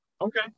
Okay